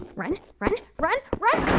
run, run, run, run,